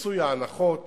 מיצוי ההנחות